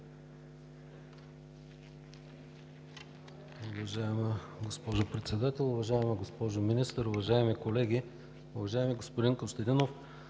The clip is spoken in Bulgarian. Уважаема госпожо Председател, уважаема госпожо Министър, уважаеми колеги! Уважаеми господин Костадинов,